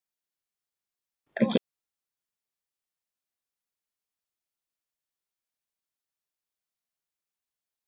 okay